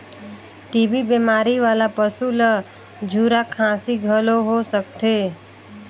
TB बेमारी वाला पसू ल झूरा खांसी घलो हो सकथे